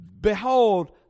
Behold